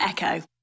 Echo